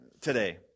today